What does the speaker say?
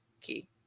Key